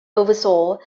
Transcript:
oversaw